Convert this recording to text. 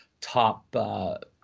top –